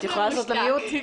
אפשר לעשות מיוט.